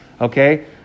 Okay